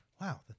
Wow